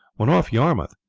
when off yarmouth,